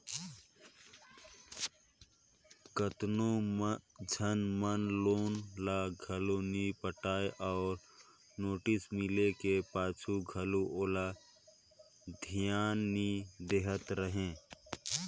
केतनो झन मन लोन ल घलो नी पटाय अउ नोटिस मिले का पाछू घलो ओला धियान नी देहत रहें